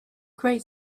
great